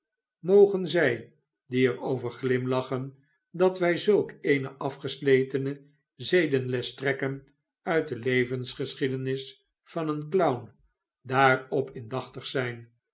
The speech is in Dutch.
mogen zij die er over glimlachen dat wij zulk eene afgesletene zedenles trekken uit de levensgeschiedenis van een clown daarop indachtig zijn